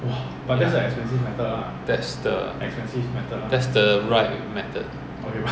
so the person that go and apply and sign off ah is just a tua pek gong